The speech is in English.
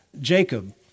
Jacob